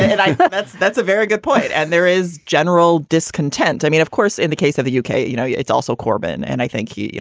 and i think that's that's a very good point. and there is general discontent. i mean, of course, in the case of the u k, you know, yeah it's also corbyn. and i think he you